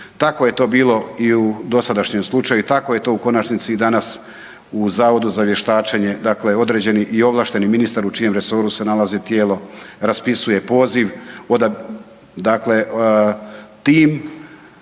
tako je to bilo i u dosadašnjem slučaju, i tako je to u konačnici i danas u Zavodu za vještačenje, dakle određeni ovlašteni ministar u čijem resoru se nalazi tijelo, raspisuje poziv,